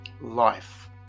life